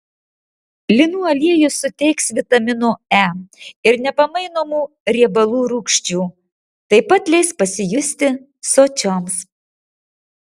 linų aliejus suteiks vitamino e ir nepamainomų riebalų rūgščių taip pat leis pasijusti sočioms